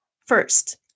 First